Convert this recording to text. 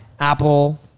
Apple